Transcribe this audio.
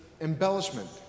embellishment